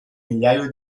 migliaio